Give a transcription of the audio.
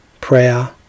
Prayer